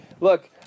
look